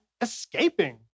escaping